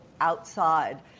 outside